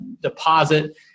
deposit